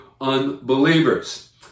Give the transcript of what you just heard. unbelievers